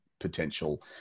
potential